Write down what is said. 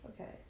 Okay